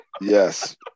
Yes